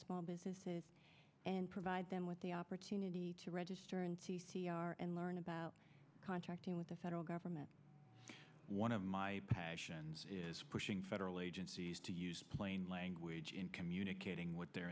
small businesses and provide them with the opportunity to register and learn about contracting with the federal government one of my passions is pushing federal agencies to use plain language in communicating with their